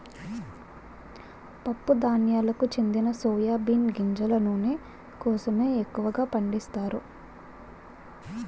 పప్పు ధాన్యాలకు చెందిన సోయా బీన్ గింజల నూనె కోసమే ఎక్కువగా పండిస్తారు